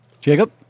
Jacob